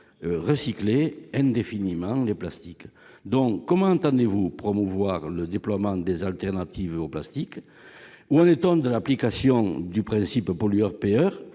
recycler indéfiniment les plastique donc comment entendez-vous promouvoir le déploiement des alternatives au plastique, où en est-on de l'application du principe pollueur